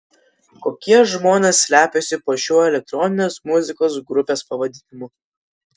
kokie žmonės slepiasi po šiuo elektroninės muzikos grupės pavadinimu